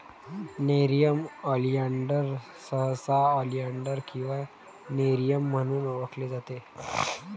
nerium oleander सहसा oleander किंवा nerium म्हणून ओळखले जाते